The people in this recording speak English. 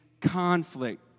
conflict